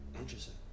Interesting